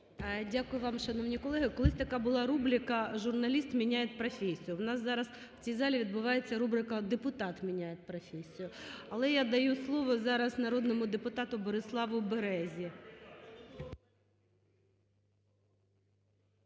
Дякую вам, шановні колеги. Колись така була рубрика "Журналіст міняє професію". У нас зараз в цій залі відбувається рубрика "Депутат міняє професію". Але я даю слово зараз народному депутату Бориславу Березі.